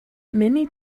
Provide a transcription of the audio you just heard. many